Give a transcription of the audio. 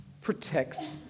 protects